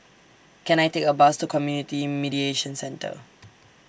Can I Take A Bus to Community Mediation Centre